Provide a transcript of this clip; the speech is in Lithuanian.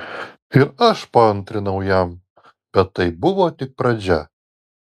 ir aš paantrinau jam bet tai buvo tik pradžia